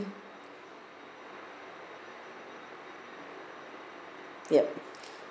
ya